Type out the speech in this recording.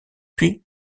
puis